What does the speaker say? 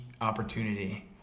opportunity